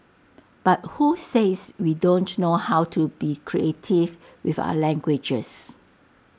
but who says we don't know how to be creative with our languages